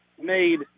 made